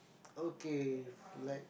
okay for let